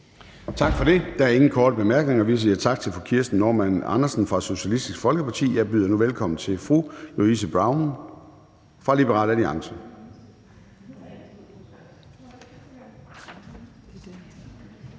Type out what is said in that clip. Tak for det. Der er ingen korte bemærkninger. Vi siger tak til fru Kirsten Normann Andersen fra Socialistisk Folkeparti. Jeg byder nu velkommen til fru Louise Brown fra Liberal Alliance.